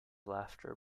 laughter